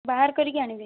ବାହାର କରିକି ଆଣିବେ